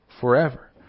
forever